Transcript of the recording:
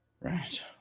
Right